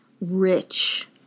rich